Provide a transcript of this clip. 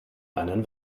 einen